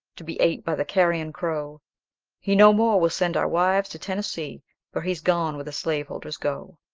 to be ate by the carrion crow he no more will send our wives to tennessee for he's gone where the slaveholders go.